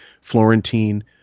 Florentine